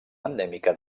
endèmica